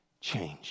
change